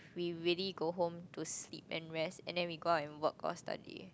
we really go home to sleep and rest and then we go out and work or study